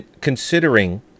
considering